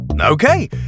Okay